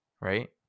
right